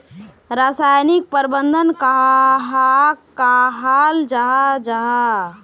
रासायनिक प्रबंधन कहाक कहाल जाहा जाहा?